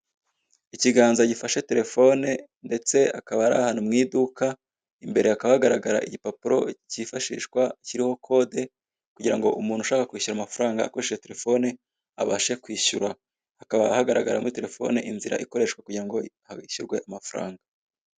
Ikiganza gifashe telephone ndetse hakaba hari ahantu imbere mu iduka imbere hakaba hagaragara igipapuro kifashishwa kiriho code kugira ngo umuntu ushaka kwishyura amafaranga akoresheje telephone abashe kwishyura hakaba hagaragara muri telephone inzira ikoreshwa kugira ngo abashe kwishyura ayo mafaranga.